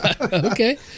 okay